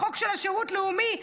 החוק של שירות לאומי,